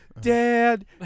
Dad